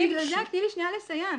תני לי שנייה לסיים.